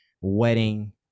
wedding